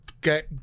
get